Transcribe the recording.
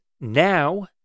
now